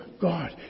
God